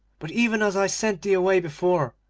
but even as i sent thee away before,